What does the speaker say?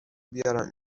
بیارم